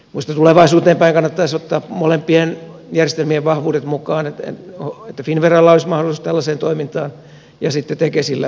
minusta tulevaisuuteen päin kannattaisi ottaa molempien järjestelmien vahvuudet mukaan niin että finnveralla olisi mahdollisuus tällaiseen toimintaan ja sitten tekesillä samoin